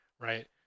right